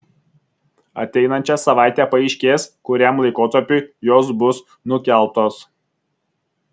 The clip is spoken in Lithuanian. ateinančią savaitę paaiškės kuriam laikotarpiui jos bus nukeltos